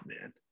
man